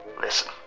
Listen